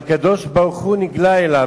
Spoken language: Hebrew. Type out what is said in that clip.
הקדוש-ברוך-הוא נגלה אליו,